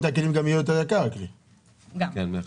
תודה.